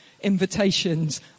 invitations